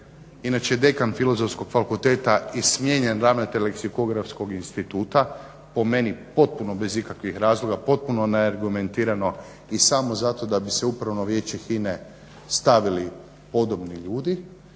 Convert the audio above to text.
inače dekan Filozofskog fakulteta i smijenjen ravnatelj Leksikografskog instituta po meni potpuno bez ikakvih razloga, potpuno neargumentirano i samo zato da bi se Upravno vijeće HINA-e stavili podobni ljudi.